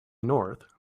north